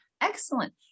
excellent